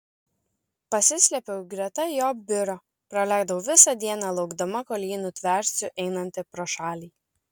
pasislėpiau greta jo biuro praleidau visą dieną laukdama kol jį nutversiu einantį pro šalį